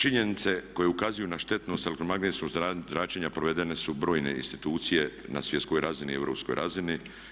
Činjenice koje ukazuju na štetnost elektromagnetskog zračenja provedene su brojne institucije na svjetskoj razini i europskoj razini.